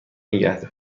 نگه